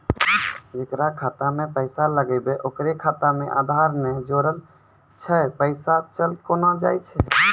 जेकरा खाता मैं पैसा लगेबे ओकर खाता मे आधार ने जोड़लऽ छै पैसा चल कोना जाए?